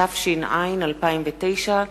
התש"ע 2009,